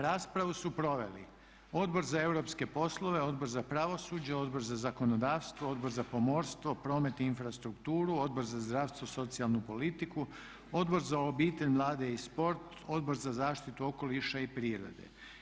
Raspravu su proveli Odbor za europske poslove, Odbor za pravosuđe, Odbor za zakonodavstvo, Odbor za pomorstvo, promet i infrastrukturu, Odbor za zdravstvo, socijalnu politiku, Odbor za obitelj, mlade i sport, Odbor za zaštitu okoliša i prirode.